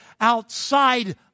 outside